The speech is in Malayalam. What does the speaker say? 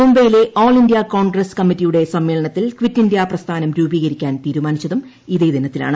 മുംബൈയിലെ ആൾ ഇന്ത്യ കോൺഗ്രസ് കമ്മിറ്റിയുടെ സമ്മേളനത്തിൽ കിറ്റ് ഇന്ത്യ പ്രസ്ഥാനം രൂപീകരിക്കാൻ തീരുമാനിച്ചതും ഇതേ ദിനത്തിലാണ്